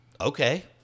okay